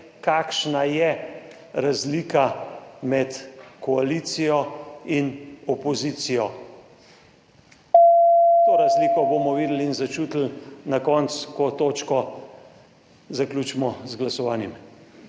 kakšna je razlika med koalicijo in opozicijo. To razliko bomo videli in začutili na koncu, ko točko zaključimo z glasovanjem.